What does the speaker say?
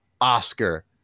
Oscar